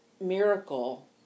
miracle